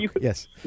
Yes